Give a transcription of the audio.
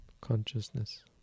consciousness